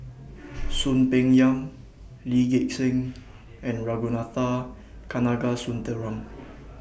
Soon Peng Yam Lee Gek Seng and Ragunathar Kanagasuntheram